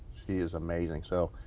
she is amazing. so.